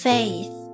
Faith